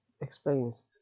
explains